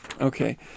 okay